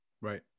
Right